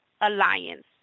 alliance